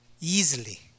easily